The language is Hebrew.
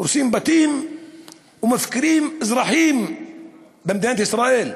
הורסים בתים ומפקירים אזרחים במדינת ישראל.